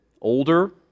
older